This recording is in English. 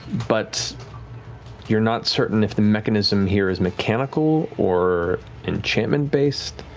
but you're not certain if the mechanism here is mechanical or enchantment-based.